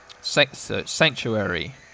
Sanctuary